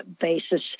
basis